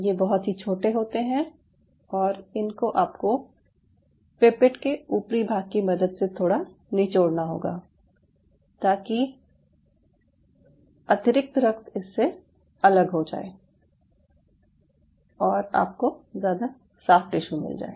ये बहुत ही छोटे होते हैं और इनको आपको पिपेट के ऊपरी भाग की मदद से थोड़ा निचोड़ना होगा ताकि रक्त अतिरिक्त इससे अलग हो जाए और आपको ज़्यादा साफ़ टिश्यू मिल जाए